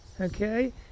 okay